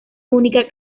única